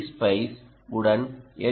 spice உடன் L